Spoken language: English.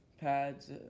pads